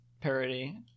parody